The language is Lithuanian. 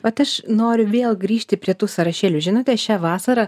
vat aš noriu vėl grįžti prie tų sąrašėlių žinote šią vasarą